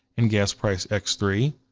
and gas price, x three.